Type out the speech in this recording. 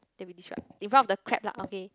that we describe in front of the crab lah okay